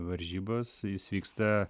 varžybos jis vyksta